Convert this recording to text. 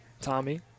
Tommy